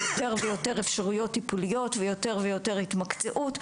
יותר ויותר אפשרויות טיפוליות ויותר-ויותר התמקצעות,